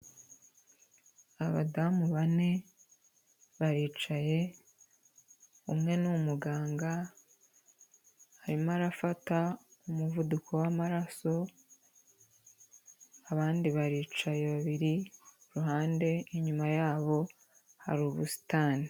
Abadamu bane baricaye, umwe ni umuganga, arimo arafata umuvuduko w'amaraso, abandi baricaye babiri, ku ruhande inyuma yabo hari ubusitani.